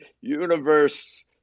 universe